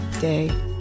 day